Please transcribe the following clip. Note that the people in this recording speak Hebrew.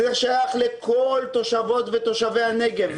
זה שייך לכל תושבות ותושבי הנגב.